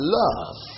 love